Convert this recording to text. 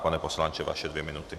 Pane poslanče, vaše dvě minuty.